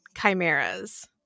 chimeras